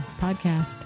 podcast